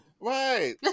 Right